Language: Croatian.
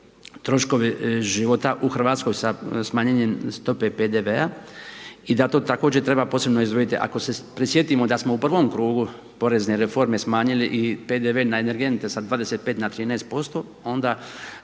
troškovi života u Hrvatskoj, sa smanjenim stope PDV-a i da to također treba posebno izdvojiti. Ako se prisjetimo da smo u 1 krugu porezne reforme smanjili i PDV na energente na 25 na 13% onda